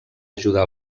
ajudar